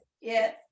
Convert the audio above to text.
yes